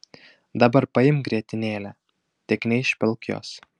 dabar paimk grietinėlę tik neišpilk jos